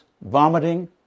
vomiting